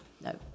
No